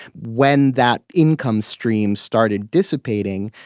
when that income stream started dissipating,